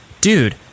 Dude